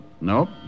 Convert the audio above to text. Nope